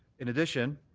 in addition,